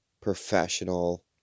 professional